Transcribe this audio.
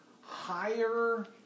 higher